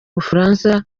bufaransa